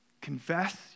confess